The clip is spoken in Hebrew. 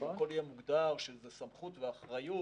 שהכול יהיה מוגדר עם סמכות ואחריות,